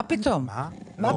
מה פתאום?